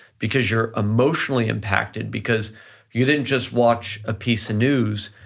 because you're emotionally impacted, because you didn't just watch a piece of news,